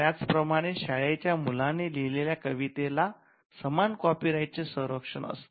त्याचप्रमाणे शाळेच्या मुलाने लिहिलेल्या कवितेला समान कॉपी राईट चे संरक्षण असते